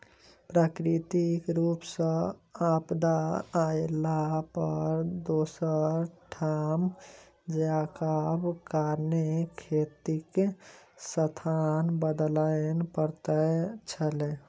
प्राकृतिक रूप सॅ आपदा अयला पर दोसर ठाम जायबाक कारणेँ खेतीक स्थान बदलय पड़ैत छलै